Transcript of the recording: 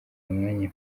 mwanya